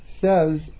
says